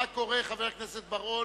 חבר הכנסת בר-און,